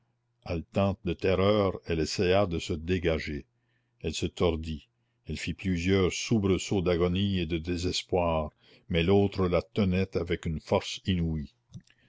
haletante de terreur elle essaya de se dégager elle se tordit elle fit plusieurs soubresauts d'agonie et de désespoir mais l'autre la tenait avec une force inouïe